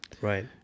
Right